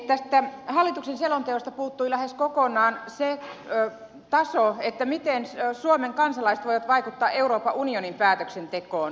tästä hallituksen selonteosta puuttui lähes kokonaan se taso miten suomen kansalaiset voivat vaikuttaa euroopan unionin päätöksentekoon